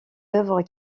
œuvres